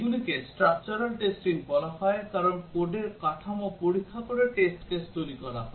এগুলিকে structural testing বলা হয় কারণ কোডের কাঠামো পরীক্ষা করে টেস্ট কেস তৈরি করা হয়